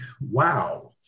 wow